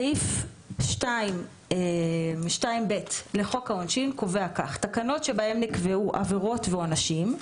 סעיף 2(ב) לחוק העונשין קובע כך: "תקנות שבהן נקבעו עבירות ועונשים,